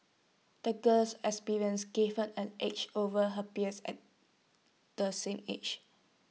the girl's experiences gave her an edge over her peers at the same age